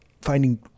finding